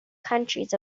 countries